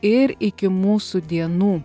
ir iki mūsų dienų